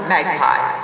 Magpie